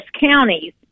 counties